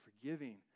forgiving